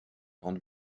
grande